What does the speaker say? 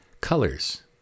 colors